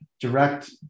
direct